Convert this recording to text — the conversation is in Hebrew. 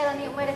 שיהיה דיון.